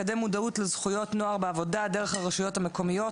לקדם מודעות לזכויות נוער בעבודה דרך הרשויות המקומיות,